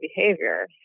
behavior